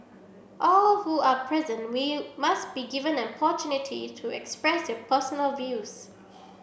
all who are present we must be given an opportunity to express their personal views